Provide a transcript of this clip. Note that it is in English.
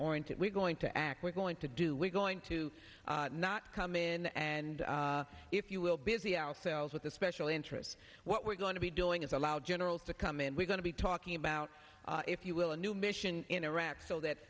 oriented we're going to act we're going to do we're going to not come in and if you will busy ourselves with the special interests what we're going to be doing is allow generals to come in we're going to be talking about if you will a new mission in iraq so that